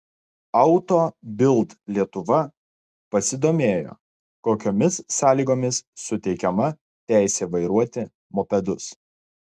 auto bild lietuva pasidomėjo kokiomis sąlygomis suteikiama teisė vairuoti mopedus